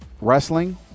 wrestling